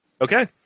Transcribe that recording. Okay